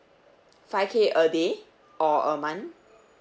five K a day or a month